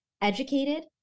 educated